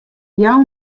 jou